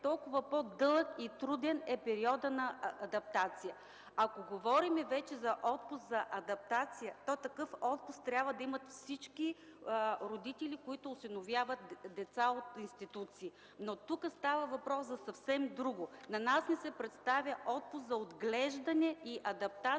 толкова по-дълъг и труден е периодът на адаптация. Ако говорим вече за отпуск за адаптация, то такъв отпуск трябва да имат всички родители, които осиновяват деца от институции. Тук обаче става въпрос за съвсем друго. На нас ни се представя отпуск за отглеждане и адаптация